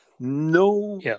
No